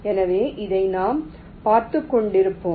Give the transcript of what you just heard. எனவே இதை நாம் பார்த்துக் கொண்டிருப்போம்